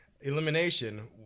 elimination